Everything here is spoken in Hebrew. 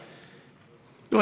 תראו,